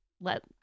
let